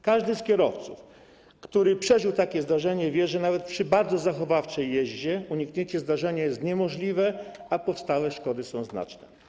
Każdy z kierowców, którzy przeżyli takie zdarzenie, wie, że nawet przy bardzo zachowawczej jeździe uniknięcie zdarzenia jest niemożliwe, a powstałe szkody są znaczne.